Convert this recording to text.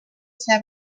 ser